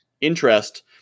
interest